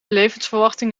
levensverwachting